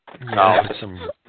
No